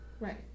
right